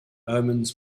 omens